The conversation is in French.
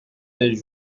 des